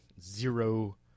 Zero